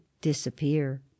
disappear